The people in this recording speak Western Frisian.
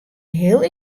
heel